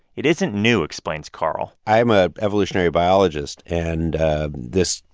it isn't new, explains carl i'm a evolutionary biologist. and this,